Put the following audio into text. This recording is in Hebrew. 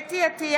חוה אתי עטייה,